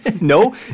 No